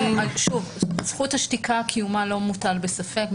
זכות השתיקה, קיומה לא מוטל בספק.